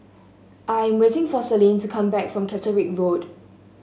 I am waiting for Celine to come back from Caterick Road